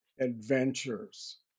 adventures